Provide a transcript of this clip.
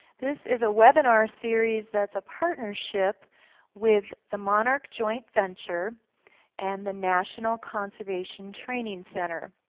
this is a webinar series that's a partnership with the monarch joint venture and the national conservation training center.